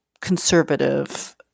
conservative